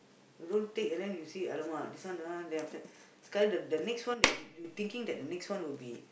you don't take then you say !alamak! this one don't want then after that sekali the the next one that you you thinking that the next one would be